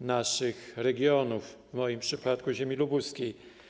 naszych regionów, w moim przypadku ziemi lubuskiej.